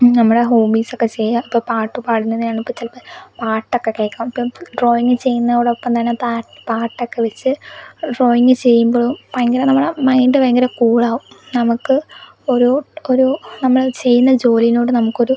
നമ്മളുടെ ഹോബീസ് ഒക്കെ ചെയ്യുക അപ്പ പാട്ടുപാടുന്നത് നമുക്ക് ചെലപ്പോ പാട്ടൊക്കെ കേക്കാം ഇപ്പം ഡ്രോയിങ് ചെയ്യുന്നതോടൊപ്പം തന്നെ പാ പാട്ട് ഒക്കെ വെച്ച് ഡ്രോയിങ് ചെയ്യുമ്പോളും ഭയങ്കര നമ്മളുടെ മൈൻഡ് ഭയങ്കര കൂൾ ആകും നമുക്ക് ഒരു ഒരു നമ്മൾ ചെയ്യുന്ന ജോലിനോട് നമുക്ക് ഒരു